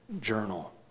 journal